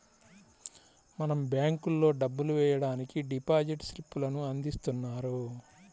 మనం బ్యేంకుల్లో డబ్బులు వెయ్యడానికి డిపాజిట్ స్లిప్ లను అందిస్తున్నారు